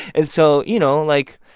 and so, you know, like,